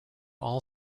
all